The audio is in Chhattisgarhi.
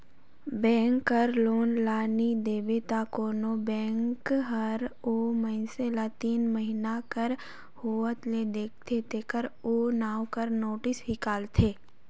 बेंक कर लोन ल नी देबे त कोनो बेंक हर ओ मइनसे ल तीन महिना कर होवत ले देखथे तेकर ओकर नांव कर नोटिस हिंकालथे